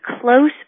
close